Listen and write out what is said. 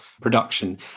production